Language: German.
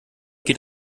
geht